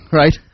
right